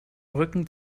rücken